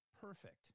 perfect